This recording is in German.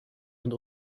und